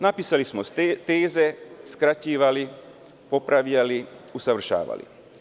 Napisali smo teze, skraćivali, popravljali, usavršavali.